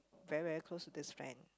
very very close with this friend